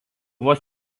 vos